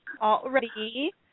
already